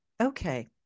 okay